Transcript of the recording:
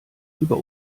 über